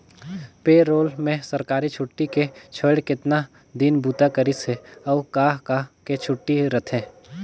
पे role में सरकारी छुट्टी के छोएड़ केतना दिन बूता करिस हे, अउ का का के छुट्टी रथे